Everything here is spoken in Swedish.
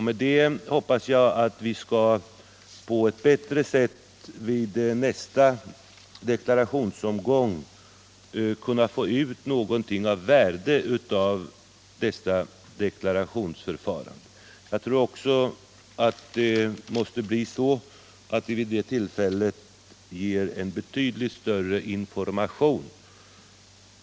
Jag hoppas att vi på detta sätt skall kunna få ut någonting av värde för nästa deklarationsförfarande. Jag tror också att vi vid det tillfället måste ge en betydligt bättre information.